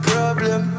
Problem